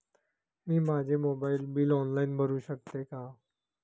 मी माझे mobile bill online भरू शकते का?